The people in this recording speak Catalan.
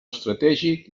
estratègic